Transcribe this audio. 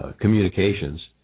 communications